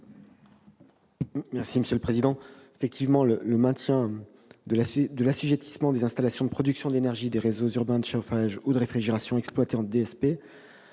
du Gouvernement ? Effectivement, le maintien de l'assujettissement des installations de production d'énergie des réseaux urbains de chauffage ou de réfrigération exploités en